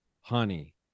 honey